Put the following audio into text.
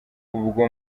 ubwo